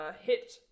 hit